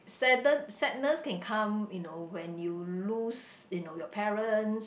sadden sadness can come you know when you lose you know your parents